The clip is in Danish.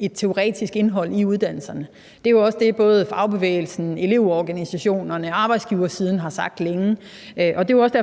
et teoretisk indhold i uddannelserne. Det er jo også det, som både fagbevægelsen, elevorganisationerne og arbejdsgiversiden har sagt længe, og det var også derfor,